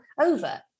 over